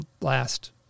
last